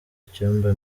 icyumba